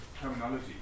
terminology